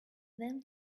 then